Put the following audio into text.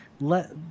let